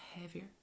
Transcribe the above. heavier